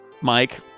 Mike